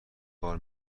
کار